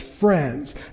friends